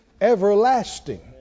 everlasting